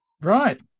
Right